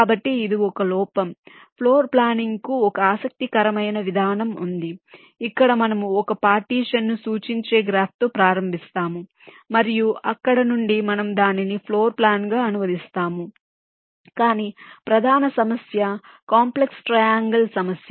కాబట్టి ఇది ఒక లోపం ఫ్లోర్ ప్లానింగ్కు ఒక ఆసక్తికరమైన విధానం ఉంది ఇక్కడ మనము ఒక పార్టీషన్ ను సూచించే గ్రాఫ్తో ప్రారంభిస్తాము మరియు అక్కడ నుండి మనము దానిని ఫ్లోర్ ప్లాన్గా అనువదిస్తాము కానీ ప్రధాన సమస్య కాంప్లెక్స్ ట్రయాంగల్ సమస్య